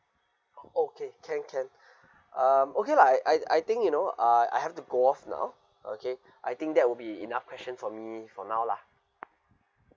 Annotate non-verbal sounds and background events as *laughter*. oh okay can can *breath* um okay lah I I I think you know uh I have to go off now okay I think that would be enough question from me for now lah